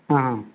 ஆ